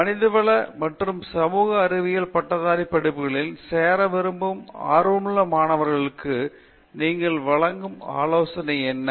மனிதவள மற்றும் சமூக அறிவியல் பட்டதாரி படிப்புகளில் சேர விரும்பும் ஆர்வமுள்ள மாணவருக்கு நீங்கள் வழங்கும் ஆலோசனை என்ன